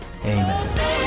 Amen